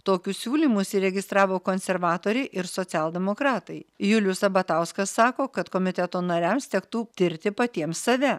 tokius siūlymus įregistravo konservatoriai ir socialdemokratai julius sabatauskas sako kad komiteto nariams tektų tirti patiems save